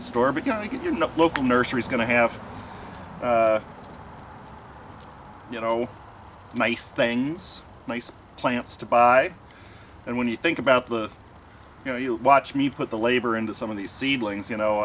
the store because you could you know local nurseries going to have you know nice things nice plants to buy and when you think about the you know you watch me put the labor into some of these seedlings you know